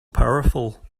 powerful